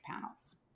panels